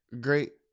Great